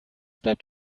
bleibt